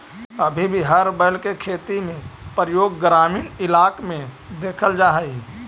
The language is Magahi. अभी भी हर बैल के खेती में प्रयोग ग्रामीण इलाक में देखल जा हई